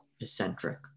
eccentric